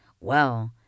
Well